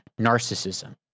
narcissism